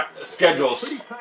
schedules